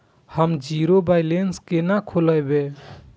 हम zero balance केना खोलैब?